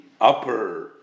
upper